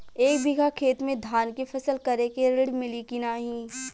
एक बिघा खेत मे धान के फसल करे के ऋण मिली की नाही?